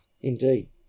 Indeed